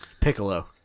Piccolo